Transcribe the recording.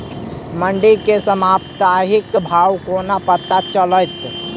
मंडी केँ साप्ताहिक भाव कोना पत्ता चलतै?